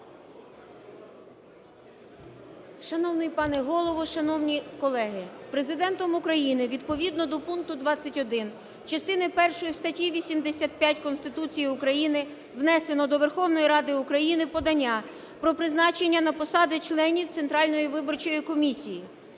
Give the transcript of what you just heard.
Шановний пане Голово! Шановні колеги! Президентом України відповідно до пункту 21 частини першої статті 85 Конституції України внесено до Верховної Ради України подання Про призначення на посади членів Центральної виборчої комісії: